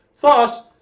Thus